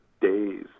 days